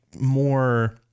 more